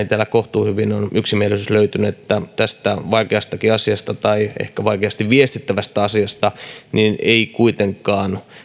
täällä kohtuuhyvin on yksimielisyys löytynyt että tästä vaikeastakin asiasta tai ehkä vaikeasti viestittävästä asiasta ei kuitenkaan